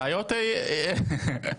הבעיות קיימות.